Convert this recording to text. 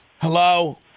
Hello